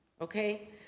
Okay